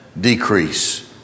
decrease